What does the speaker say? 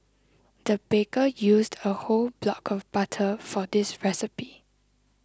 the baker used a whole block of butter for this recipe